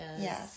Yes